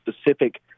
specific